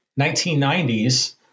1990s